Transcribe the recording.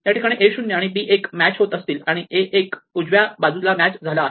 या ठिकाणी a 0 आणि b 1 मॅच होत असतील आणि a 1 उजव्या बाजूला मॅच झाला आहे